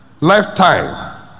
Lifetime